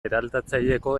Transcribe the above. eraldatzaileko